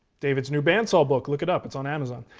david's new bandsaw book, look it up, it's on amazon.